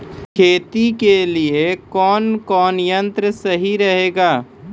खेती के लिए कौन कौन संयंत्र सही रहेगा?